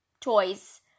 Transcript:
toys